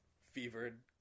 fevered